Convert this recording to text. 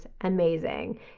amazing